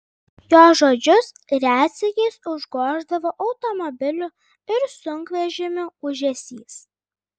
jo žodžius retsykiais užgoždavo automobilių ir sunkvežimių ūžesys